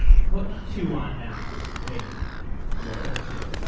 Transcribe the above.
put to one now waited day right or two.